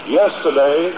yesterday